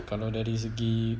kalau dari segi